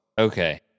Okay